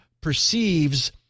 perceives